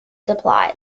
supplies